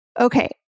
Okay